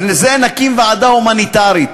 אז לזה נקים ועדה הומניטרית.